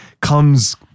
comes